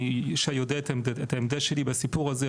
שי יודע את העמדה שלי בסיפור הזה,